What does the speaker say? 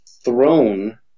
throne